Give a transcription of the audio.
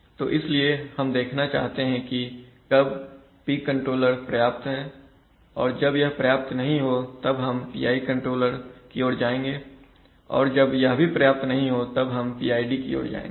तो इसलिए हम देखना चाहते हैं कि कब P कंट्रोलर पर्याप्त है और जब यह पर्याप्त नहीं हो तब हम PI कंट्रोलर की ओर जाएंगे और जब यह भी पर्याप्त नहीं हो तब हम PID की ओर जाएंगे